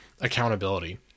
Accountability